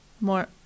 more